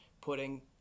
putting